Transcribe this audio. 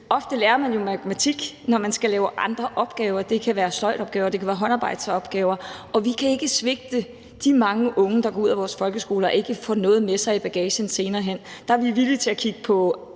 Ofte lærer man jo matematik, når man skal lave andre opgaver – det kan være sløjdopgaver, eller det kan være håndarbejdsopgaver – og vi kan ikke svigte de mange unge, der går ud af vores folkeskole og ikke får noget med sig i bagagen senere hen. Der er vi villige til at kigge på